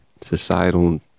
societal